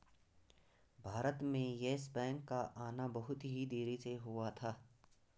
भारत में Yes Bank का आना बहुत ही देरी से हुआ था